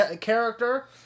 Character